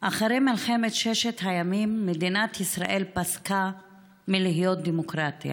"אחרי מלחמת ששת הימים מדינת ישראל פסקה מלהיות דמוקרטיה.